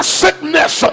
sickness